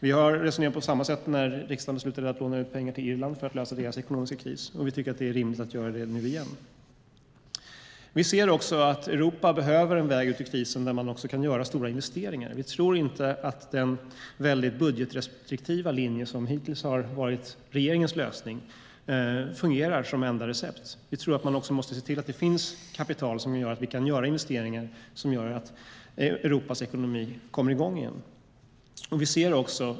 På samma sätt resonerade vi när riksdagen beslutade att låna ut pengar till Irland för att lösa deras ekonomiska kris. Vi tycker att det är rimligt att göra det nu igen. Europa behöver en väg ut ur krisen där man också kan göra stora investeringar. Vi tror inte att den mycket budgetrestriktiva linje som hittills har varit regeringens lösning fungerar som enda recept. Vi tror att man också måste se till att det finns kapital som gör att man kan göra investeringar som gör att Europas ekonomi kommer i gång igen.